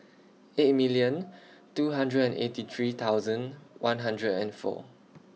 eight million two hundred and eighty three thousand one hundred and four